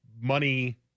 money